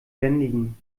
bändigen